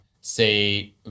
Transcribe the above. say